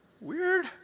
weird